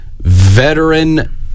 veteran